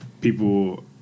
people